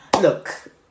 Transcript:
look